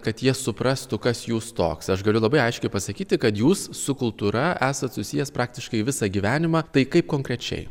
kad jie suprastų kas jūs toks aš galiu labai aiškiai pasakyti kad jūs su kultūra esat susijęs praktiškai visą gyvenimą tai kaip konkrečiai